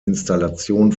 installation